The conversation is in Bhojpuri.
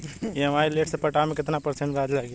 ई.एम.आई लेट से पटावे पर कितना परसेंट ब्याज लगी?